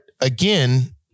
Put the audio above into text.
again